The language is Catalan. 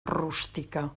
rústica